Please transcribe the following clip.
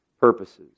purposes